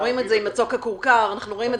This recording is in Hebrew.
אין ספק.